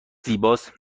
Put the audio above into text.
زیباست